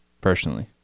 personally